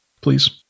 please